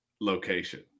location